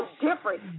different